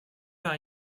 are